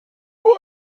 nur